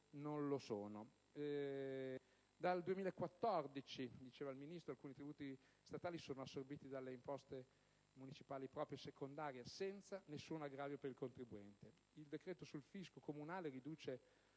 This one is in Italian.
non è così. Dal 2014, come ha detto il Ministro, alcuni tributi statali sono assorbiti nelle imposte municipali propria e secondaria, senza nessun aggravio per il contribuente. Il decreto sul fisco comunale riduce